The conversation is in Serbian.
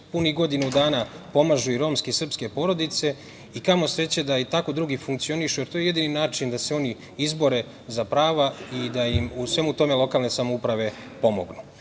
punih godinu dana pomažu romske i srpske porodice, i kamo sreće da i tako drugi funkcionišu, jer to je jedini način da se oni izbore za prava i da im u svemu tome lokalne samouprave pomognu. Kada